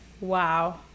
Wow